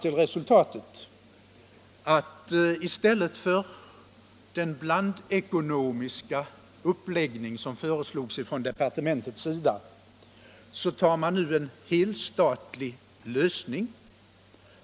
I stället för den blandekonomiska uppläggning som föreslogs av departementet har man nu kommit fram till en helstatlig lösning.